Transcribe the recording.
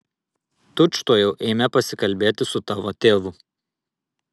tučtuojau eime pasikalbėti su tavo tėvu